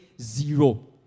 zero